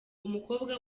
umukobwa